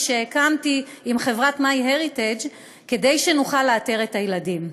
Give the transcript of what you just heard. שהקמתי עם חברת MyHeritage כדי שנוכל לאתר את הילדים.